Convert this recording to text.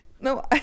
no